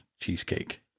cheesecake